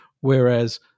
Whereas